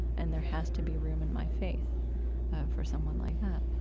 and there has to be room in my faith for someone like that.